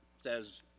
says